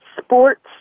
sports